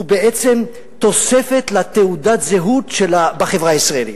הוא בעצם תוספת לתעודת הזהות בחברה הישראלית.